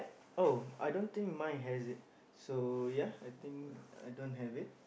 oh I don't think mine has it so ya I think I don't have it